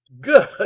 good